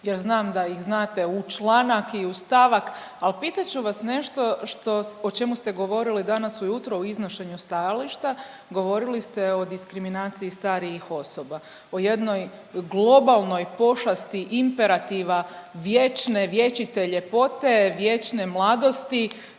jer znam da ih znate u člana i u stavak, al pitat ću vas nešto o čemu ste govorili danas ujutro u iznošenju stajališta, govorili ste o diskriminaciji starijih osoba, o jednoj globalnoj pošasti imperativa vječne, vječite ljepote, vječne mladosti